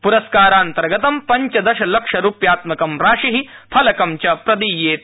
प्रस्कारान्तर्गतं पंचदशलक्षरूप्यात्मकं राशि फलकं च प्रदीयते